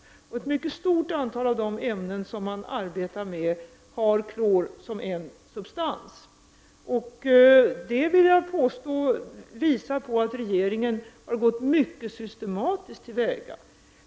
Ett mycket stort antal av de ämnen som man arbetar med har klor som en substans. Detta vill jag påstå visar att regeringen har gått mycket systematiskt till väga.